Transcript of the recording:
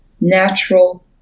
natural